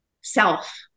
self